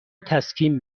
تسکین